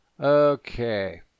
Okay